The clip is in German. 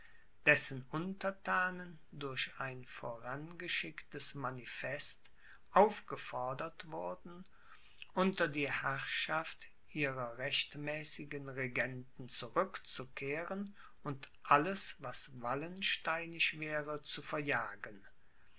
dessen untertanen durch ein vorangeschicktes manifest aufgefordert wurden unter die herrschaft ihrer rechtmäßigen regenten zurückzukehren und alles was wallensteinisch wäre zu verjagen